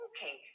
Okay